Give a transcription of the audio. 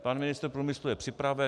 Pan ministr průmyslu je připraven.